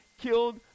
killed